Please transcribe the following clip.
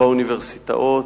באוניברסיטאות,